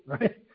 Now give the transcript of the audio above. right